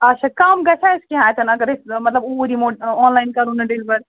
اچھا کَم گَژھیٛا اَسہِ کیٚنٛہہ اَتیِٚن اگر أسۍ مطلب اوٗرۍ یِمو آن لایِن کَرو نہٕ ڈیلوَر